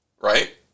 right